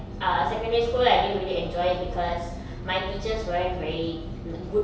err secondary school I didn't really enjoy because my teachers weren't very ni~ good